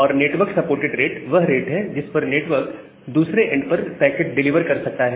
और network supported rate वह rate है जिस पर नेटवर्क दूसरे एंड पर पैकेट डिलीवर कर सकता है